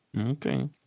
Okay